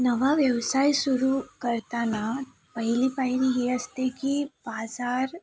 नवा व्यवसाय सुरु करताना पहिली पायरी ही असते की बाजार